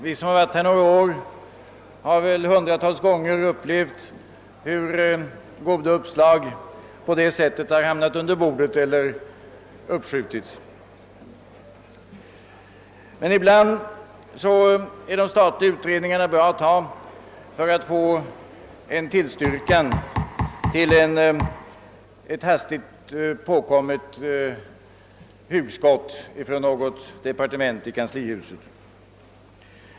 Vi som har varit här några år har väl hundratals gånger upplevt hur goda uppslag på det sättet hamnat under bordet eller hur genomförandet av dem uppskjutits. Vidare är de statliga utredningarna bra att ha för att få en tillstyrkan till ett hastigt påkommet hugskott från kanslihuset.